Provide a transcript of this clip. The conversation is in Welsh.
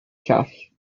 llall